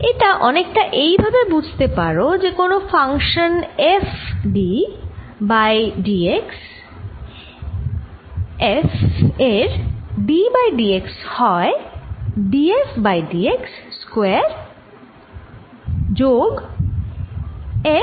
এটা অনেকটা এই ভাবে বুঝতে পারো যে কোন function f d by d x f এর d বাই d x হবে d f by d x square যোগ f d 2 f by d x square